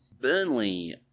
Burnley